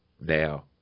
now